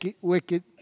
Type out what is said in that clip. wicked